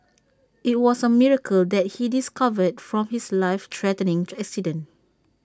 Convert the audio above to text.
IT was A miracle that he discovered from his life threatening accident